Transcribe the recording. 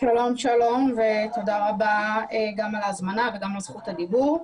שלום ותודה רבה גם על ההזמנה וגם על זכות הדיבור.